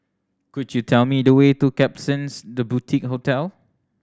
could you tell me the way to Klapsons The Boutique Hotel